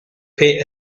pay